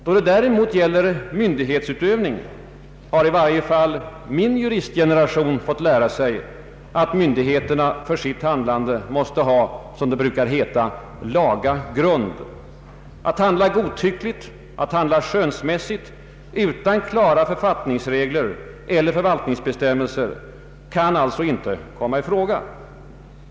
Då det däremot gäller myndighetsutövning har i varje fall min juristgeneration fått lära sig att myndigheterna för sitt handlande måste ha som det brukar heta ”laga grund”. Att handla godtyckligt eller skönsmässigt utan klara författningsregler eller förvaltningsbestämmelser kan alltså inte komma i fråga.